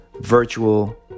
virtual